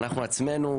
אנחנו עצמנו,